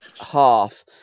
half